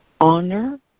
honor